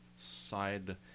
side